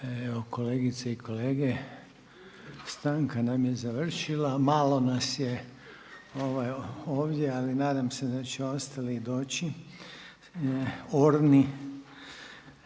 Evo kolegice i kolege, stanka nam je završila. Malo nas je ovdje, ali nadam se da će ostali doći orni,